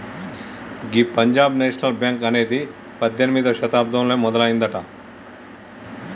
గీ Punjab National Bank అనేది పద్దెనిమిదవ శతాబ్దంలోనే మొదలయ్యిందట